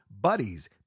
BUDDIES